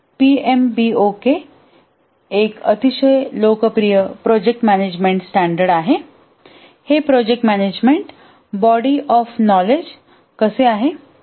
PMBOK एक अतिशय लोकप्रिय प्रोजेक्ट मॅनेजमेंट स्टॅंडर्ड आहे हे project management body of knowledge कसे आहे